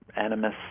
animus